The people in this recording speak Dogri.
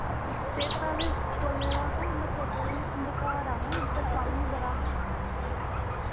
चेत्ता ते कोल्ले दा हा मैं सोचा दी ही तुंदे घर आवां पर कम्म ही बड़ा हा